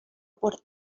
por